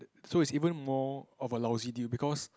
so it's even more of a lousy deal because